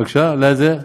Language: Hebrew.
בבקשה, לאיזה?